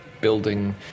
building